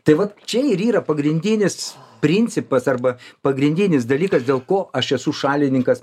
tai vat čia ir yra pagrindinis principas arba pagrindinis dalykas dėl ko aš esu šalininkas